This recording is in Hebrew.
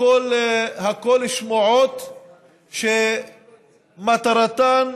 הכול שמועות שמטרתן,